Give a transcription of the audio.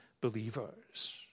believers